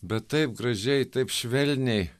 bet taip gražiai taip švelniai